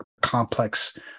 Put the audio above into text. complex